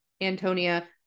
antonia